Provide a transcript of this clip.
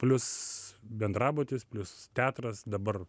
plius bendrabutis plius teatras dabar